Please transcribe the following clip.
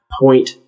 point